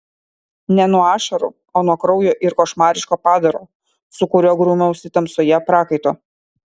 ne nuo ašarų o nuo kraujo ir košmariško padaro su kuriuo grūmiausi tamsoje prakaito